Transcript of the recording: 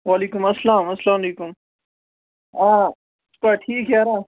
وعلیکُم السلام اَلسلامُ علیکُم آ ژٕ چھُکھا ٹھیٖک یارا